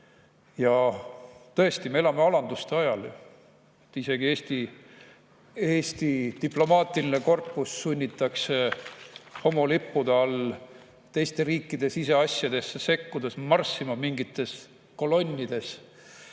viis. Tõesti, me elame alanduste ajal. Isegi Eesti diplomaatiline korpus sunnitakse homolippude all teiste riikide siseasjadesse sekkudes marssima mingites kolonnides.